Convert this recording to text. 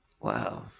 wow